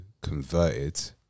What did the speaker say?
converted